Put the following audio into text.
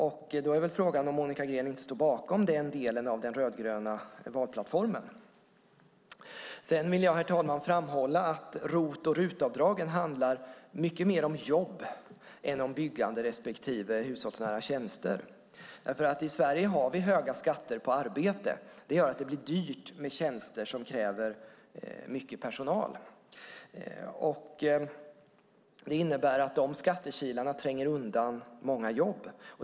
Frågan är om Monica Green inte står bakom den delen av den rödgröna valplattformen. Herr talman! Jag vill framhålla att ROT och RUT-avdragen handlar mycket mer om jobb än om byggande respektive hushållsnära tjänster. I Sverige har vi höga skatter på arbete. Det gör att det blir dyrt med tjänster som kräver mycket personal. Det innebär att de skattekilarna tränger undan många jobb.